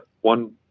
one